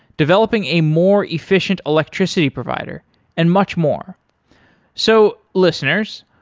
developing a more efficient electricity provider and much more so listeners,